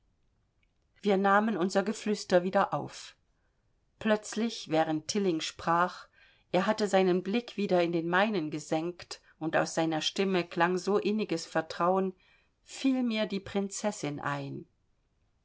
wir nahmen unser geflüster wieder auf plötzlich während tilling sprach er hatte seinen blick wieder in den meinen gesenkt und aus seiner stimme klang so inniges vertrauen fiel mir die prinzessin ein